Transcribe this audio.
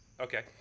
okay